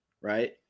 Right